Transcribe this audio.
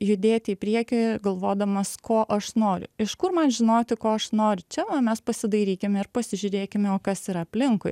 judėti į priekį galvodamas ko aš noriu iš kur man žinoti ko aš noriu čia va mes pasidairykime ir pasižiūrėkime o kas yra aplinkui